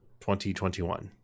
2021